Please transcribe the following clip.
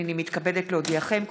הינני מתכבדת להודיעכם,